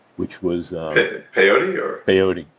which was peyote or? peyote,